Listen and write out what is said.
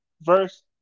verse